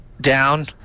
down